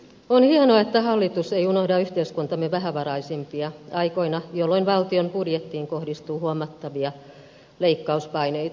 on hienoa että hallitus ei unohda yhteiskuntamme vähävaraisimpia aikoina jolloin valtion budjettiin kohdistuu huomattavia leikkauspaineita